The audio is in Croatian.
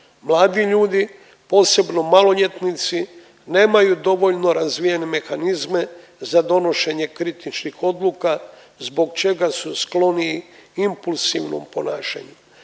Mladi ljudi posebno maloljetnici nemaju dovoljno razvijene mehanizme za donošenje kritičnih odluka zbog čega su skloni impulzivnom ponašanju,